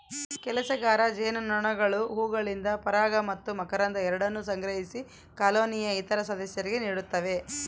ಕೆಲಸಗಾರ ಜೇನುನೊಣಗಳು ಹೂವುಗಳಿಂದ ಪರಾಗ ಮತ್ತು ಮಕರಂದ ಎರಡನ್ನೂ ಸಂಗ್ರಹಿಸಿ ಕಾಲೋನಿಯ ಇತರ ಸದಸ್ಯರಿಗೆ ನೀಡುತ್ತವೆ